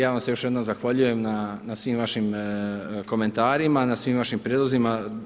Ja vam se još jednom zahvaljujem na svim vašim komentarima, na svim vašim prijedlozima.